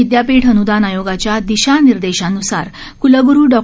विदयापीठ अन्दान आयोगाच्या दिशानिर्देशांन्सार क्लग्रू डॉ